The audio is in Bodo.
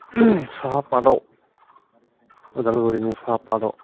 साहा पातआव उदालगुरिनि साहा पातआव